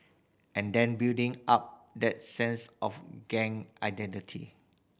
and then building up that sense of gang identity